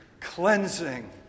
cleansing